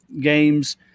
games